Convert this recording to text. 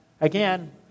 again